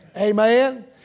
Amen